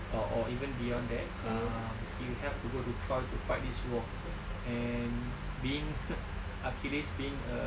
ah orh even beyond that um you have to go to trial to fight this war and being achilles being a